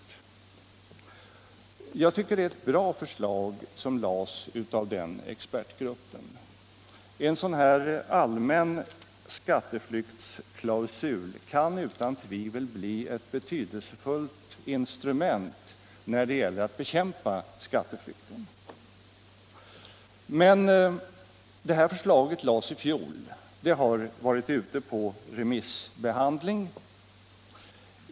Jag tycker att expertgruppens förslag är bra. En allmän skatteflyktsklausul kan utan tvivel bli ett betydelsefullt instrument när det gäller att bekämpa skatteflykten. Men förslaget framlades i fjol, och det har varit ute på remissbehandling.